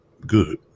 good